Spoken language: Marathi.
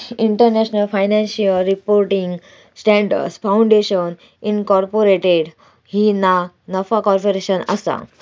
international financial reporting standards foundation incorporated ही ना नफा कॉर्पोरेशन असा